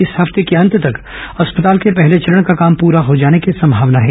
इस हफ्ते के अंत तक अस्पताल के पहले चरण का काम पूरा हो जाने की संभावना है